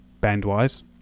band-wise